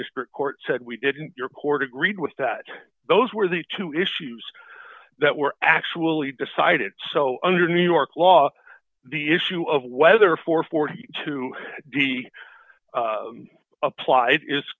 district court said we didn't your court agreed with that those were the two issues that were actually decided so under new york law the issue of whether for forty to be applied is